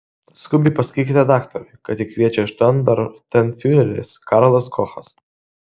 skubiai pasakykite daktarui kad jį kviečia štandartenfiureris karlas kochas